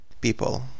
People